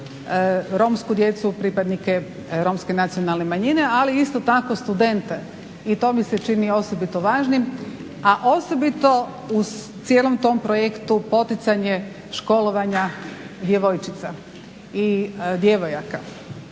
romsku djecu, pripadnike Romske nacionalne manjine ali isto tako studente. I to mi se čini osobito važnim, a osobito u cijelom tom projektu poticanje školovanja djevojčica i djevojaka